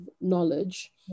knowledge